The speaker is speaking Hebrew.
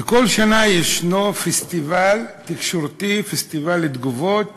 וכל שנה יש פסטיבל תקשורתי, פסטיבל של תגובות